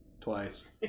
twice